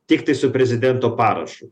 tiktai su prezidento parašu